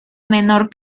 menor